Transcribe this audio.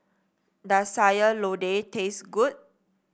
does Sayur Lodeh taste good